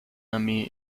armee